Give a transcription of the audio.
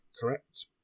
correct